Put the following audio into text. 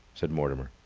said mortimer.